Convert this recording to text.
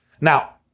Now